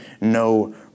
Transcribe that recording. no